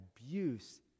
abuse